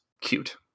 cute